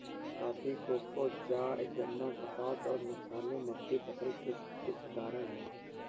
coffee, cocoa, चाय, गन्ना, कपास और मसाले नकदी फसल के कुछ उदाहरण हैं